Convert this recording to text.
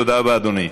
תודה רבה, אדוני.